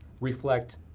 reflect